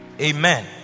Amen